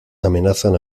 amenazan